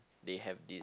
they have this